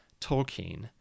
Tolkien